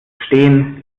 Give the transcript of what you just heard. stehen